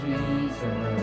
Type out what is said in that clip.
Jesus